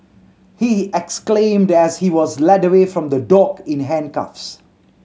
he exclaimed as he was led away from the dock in handcuffs